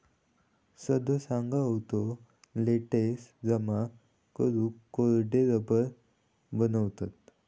सदो सांगा होतो, लेटेक्स जमा करून कोरडे रबर बनवतत